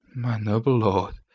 my noble lord,